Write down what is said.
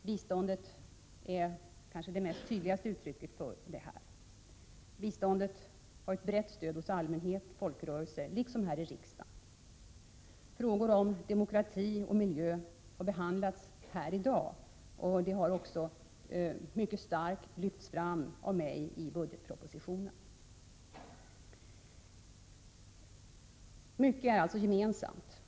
Biståndet är kanske det tydligaste uttrycket för detta. Biståndet har ett brett stöd hos allmänheten och hos folkrörelserna, liksom här i riksdagen. Frågor om demokrati och miljö har behandlats här i dag, och de har också mycket starkt lyfts fram av mig i budgetpropositionen. Mycket är alltså gemensamt.